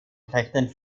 rechten